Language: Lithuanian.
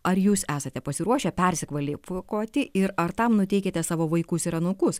ar jūs esate pasiruošę persikvalifikuoti ir ar tam nuteikiate savo vaikus ir anūkus